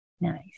Nice